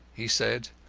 he said,